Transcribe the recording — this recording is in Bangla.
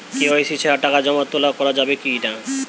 কে.ওয়াই.সি ছাড়া টাকা জমা তোলা করা যাবে কি না?